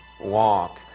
walk